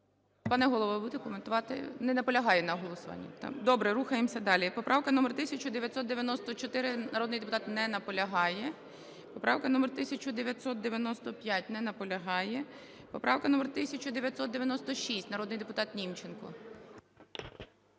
Пане голово, будете коментувати? Не наполягає на голосуванні. Добре, рухаємося далі. Поправка номер 1994. Народний депутат не наполягає. Поправка номер 1995. Не наполягає. Поправка номер 1996. Народний депутат Німченко.